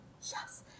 Yes